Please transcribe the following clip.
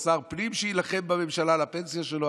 או שר פנים שיילחם בממשלה על הפנסיה שלו?